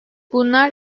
bunlar